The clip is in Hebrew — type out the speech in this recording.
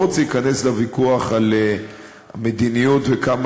לא רוצה להיכנס לוויכוח על מדיניות וכמה